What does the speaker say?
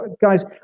Guys